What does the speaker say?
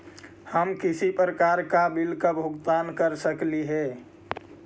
हम किसी भी प्रकार का बिल का भुगतान कर सकली हे?